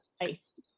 place